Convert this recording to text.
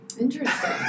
Interesting